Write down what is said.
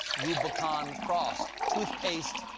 rubicon crossed. toothpaste,